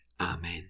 Amen